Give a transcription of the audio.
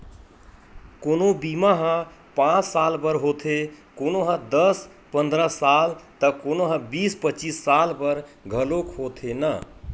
कोनो बीमा ह पाँच साल बर होथे, कोनो ह दस पंदरा साल त कोनो ह बीस पचीस साल बर घलोक होथे न